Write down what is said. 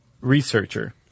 researcher